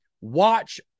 watch